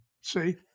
see